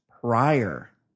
prior